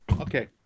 Okay